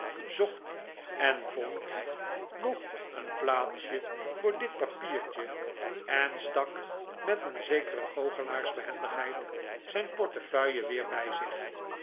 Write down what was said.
zocht en vond nog een plaatsje voor dit papiertje en stak met een zekere goochelaarsbehendigheid zijn portefeuille weer bij zich